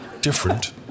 different